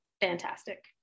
fantastic